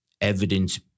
evidence